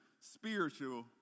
spiritual